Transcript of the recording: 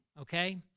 okay